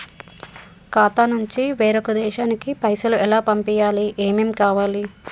ఖాతా నుంచి వేరొక దేశానికి పైసలు ఎలా పంపియ్యాలి? ఏమేం కావాలి?